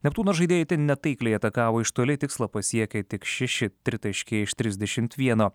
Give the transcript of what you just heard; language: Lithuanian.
neptūno žaidėjai itin netaikliai atakavo iš toli tikslą pasiekė tik šeši tritaškiai iš trisdešimt vieno